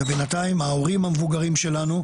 ובינתיים ההורים המבוגרים שלנו,